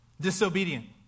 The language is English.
disobedient